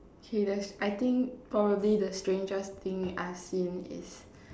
okay there's I think probably the strangest thing I've seen is